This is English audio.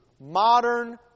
modern